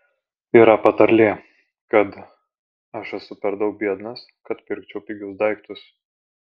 yra patarlė kad aš esu per daug biednas kad pirkčiau pigius daiktus